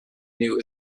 new